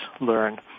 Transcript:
learn